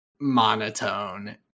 monotone